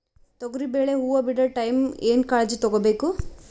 ತೊಗರಿಬೇಳೆ ಹೊವ ಬಿಡ ಟೈಮ್ ಏನ ಕಾಳಜಿ ತಗೋಬೇಕು?